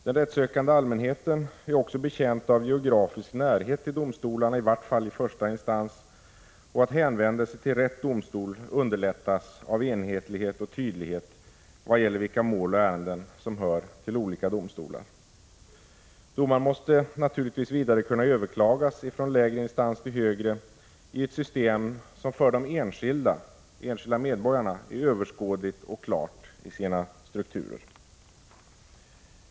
Den rättssökande allmänheten är betjänt av geografisk närhet till domstolarna, i varje fall i första instans, och att hänvändelse till rätt domstol underlättas av enhetlighet och tydlighet vad gäller vilka mål och ärenden som hör till olika domstolar. Domar måste vidare kunna överklagas från lägre till högre instans i ett system som för de enskilda medborgarna är överskådligt och klart i sina strukturer.